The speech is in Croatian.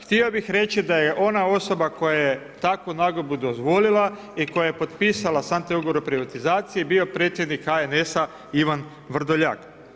Htio bih reći da je ona osoba koja je takvu nagodbu dozvolila i koja je potpisala sam taj ugovor o privatizaciji bio predsjednik HNS-a Ivan Vrdoljak.